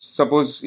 Suppose